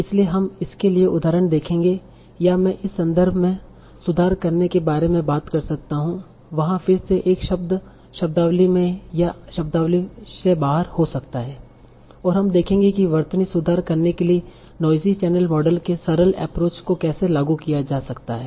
इसलिए हम इसके लिए उदाहरण देखेंगे या मैं इस संदर्भ में सुधार करने के बारे में बात कर सकता हूं वहाँ फिर से एक शब्द शब्दावली में या शब्दावली से बाहर हो सकता है और हम देखेंगे कि वर्तनी सुधार करने के लिए नोइजी चैनल मॉडल के सरल एप्रोच को कैसे लागू किया जा सकता है